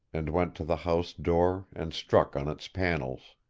and went to the house-door and struck on its panels.